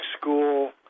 school